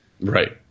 Right